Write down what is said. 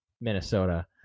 Minnesota